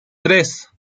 tres